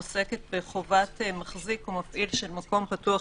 עוסקת בחובת מחזיק או מפעיל של מקום פתוח